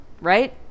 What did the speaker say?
right